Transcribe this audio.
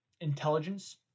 intelligence